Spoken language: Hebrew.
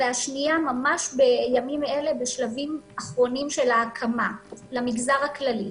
והשנייה בימים אלה בשלבים האחרונים של ההקמה למגזר הכללי.